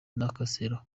nakasero